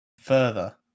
further